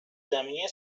زمینی